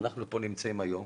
ואנחנו נמצאים פה היום